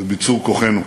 וביצור כוחנו.